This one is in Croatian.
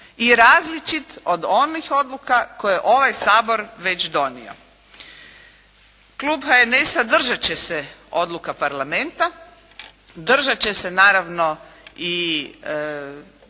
i različit od onih odluka koje je ovaj Sabor već donio. Klub HNS-a držat će se odluka Parlamenta, držat će se naravno i